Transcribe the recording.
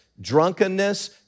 drunkenness